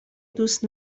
دوست